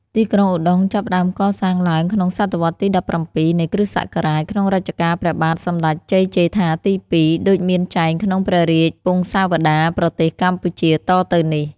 ទីក្រុងឧត្តុង្គចាប់ផ្ដើមកសាងឡើងក្នុងសតវត្សទី ១៧ នៃគ្រិស្តសករាជ ក្នុងរជ្ជកាលព្រះបាទសម្ដេចជ័យជេដ្ឋាទី២ ដូចមានចែងក្នុងព្រះរាជពង្សាវតារប្រទេសកម្ពុជាតទៅនេះ